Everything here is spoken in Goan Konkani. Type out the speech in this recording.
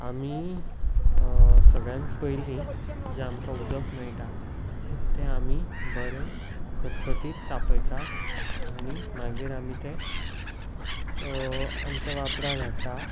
आमी सगळ्यान पयलीं जें आमकां उदक मेळटा तें आमी बरें खतखतीत तापयतात आनी मागीर आमी तें आमच्या वापरान हाडटा